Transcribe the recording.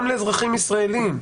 גם לאזרחים ישראלים.